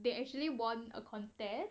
they actually won a contest